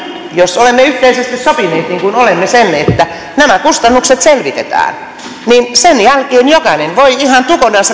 jos olemme yhteisesti sopineet niin kuin olemme sen että nämä kustannukset selvitetään sen jälkeen jokainen voi ihan